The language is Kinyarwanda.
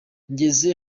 ngeze